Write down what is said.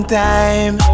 time